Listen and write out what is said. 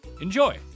enjoy